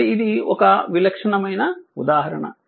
కాబట్టి ఇది ఒక విలక్షణమైన ఉదాహరణ